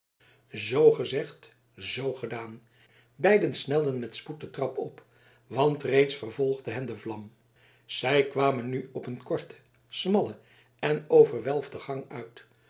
zoo gezegd zoo gedaan beiden snelden met spoed de trap op want reeds vervolgde hen de vlam zij kwamen nu op een korte smalle en overwelfde gang uit